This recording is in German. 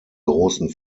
großen